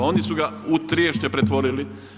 Oni su ga u triješće pretvorili.